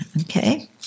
Okay